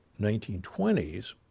1920s